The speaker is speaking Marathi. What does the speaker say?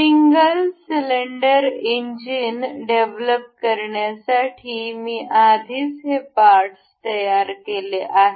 सिंगल सिलिंडर इंजिन डेव्हलप करण्यासाठी मी आधीच हे पार्टस तयार केले आहेत